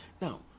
now